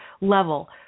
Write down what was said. level